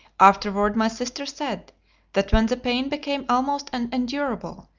afterward, my sister said that when the pain became almost unendurable,